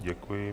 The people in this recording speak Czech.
Děkuji.